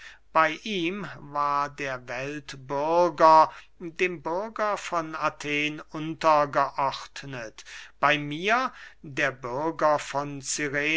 bey ihm war der weltbürger dem bürger von athen untergeordnet bey mir der bürger von